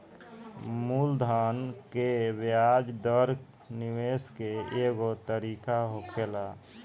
मूलधन के ब्याज दर निवेश के एगो तरीका होखेला